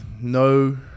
no